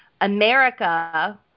America